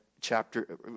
chapter